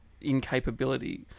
incapability